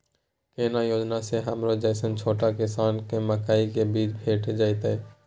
केना योजना स हमरो जैसन छोट किसान के मकई के बीज भेट जेतै?